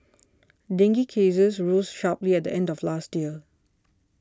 dengue cases rose sharply at the end of last year